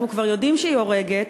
אנחנו כבר יודעים שהיא הורגת,